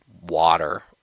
water